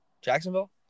Jacksonville